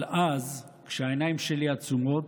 אבל אז, כשהעיניים שלי עצומות,